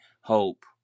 hope